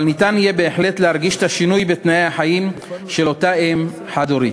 אבל ניתן יהיה בהחלט להרגיש את השינוי בתנאי החיים של אותה אם חד-הורית.